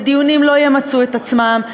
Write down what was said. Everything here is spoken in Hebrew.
ודיונים לא ימצו את עצמם.